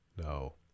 No